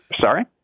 sorry